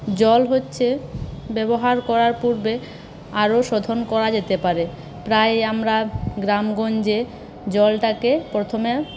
জল হচ্ছে ব্যবহার করার পূর্বে আরও শোধন করা যেতে পারে প্রায় আমরা গ্রাম গঞ্জে জলটাকে প্রথমে